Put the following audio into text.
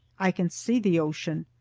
i can see the ocean.